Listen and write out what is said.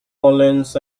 orleans